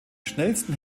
schnellsten